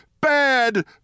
bad